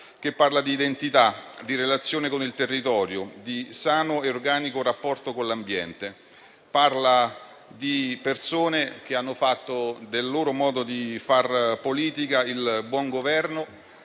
che parla di identità, di relazione con il territorio, di sano e organico rapporto con l'ambiente. Parla di persone che hanno fatto del loro modo di far politica il buon Governo,